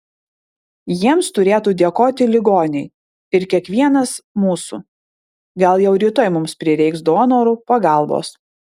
jiems turėtų dėkoti ligoniai ir kiekvienas mūsų gal jau rytoj mums prireiks donorų pagalbos